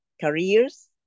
careers